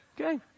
Okay